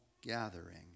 gathering